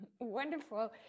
wonderful